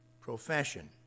profession